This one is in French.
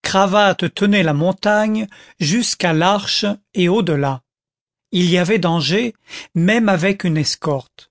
cravatte tenait la montagne jusqu'à l'arche et au-delà il y avait danger même avec une escorte